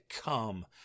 come